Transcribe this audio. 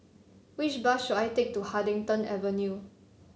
which bus should I take to Huddington Avenue